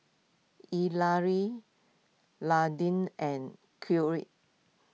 Nadine and